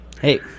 Hey